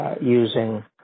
using